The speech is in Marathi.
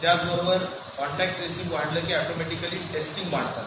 त्याचबरोबर कॉन्ट्रॅक्ट ट्रेसिंग वाढले की ऑटोमॅटिकली टेस्टिंग वाढतात